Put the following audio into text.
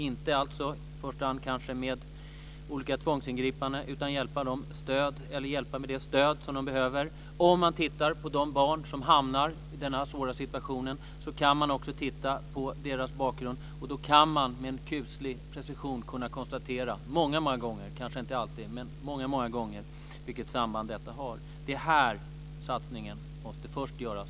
Det handlar inte i första hand om olika tvångsingripanden, utan om att hjälpa dem med det stöd som de behöver. Om man tittar på de barn som hamnar i svåra situationer och deras bakgrund, kan man många gånger, kanske inte alltid, med en kuslig precision konstatera vilket samband detta har. Det är här satsningen i första hand måste göras.